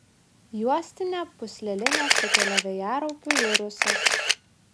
juostinę pūslelinę sukelia vėjaraupių virusas